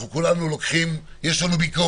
לכולנו יש ביקורת